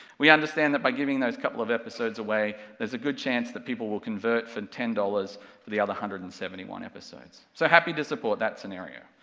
we understand that by giving those couple of episodes away, there's a good chance that people will convert for ten dollars for the other one hundred and seventy one episodes, so happy to support that scenario.